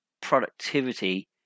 productivity